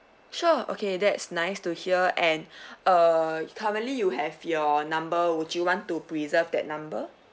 sure okay that's nice to hear and uh currently you have your number would you want to preserve that number